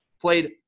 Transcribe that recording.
played